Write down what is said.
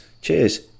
Cheers